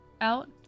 out